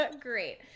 Great